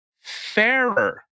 fairer